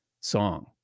song